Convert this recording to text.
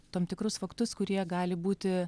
tam tikrus faktus kurie gali būti